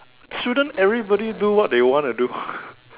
shouldn't everybody do what they want to do